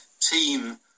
team